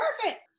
perfect